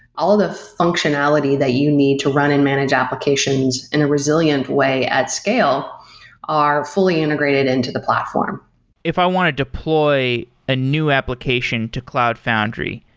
all the functionality that you need to run and manage applications in a resilient way at scale are fully integrated into the platform if i want to deploy a new application to cloud foundry,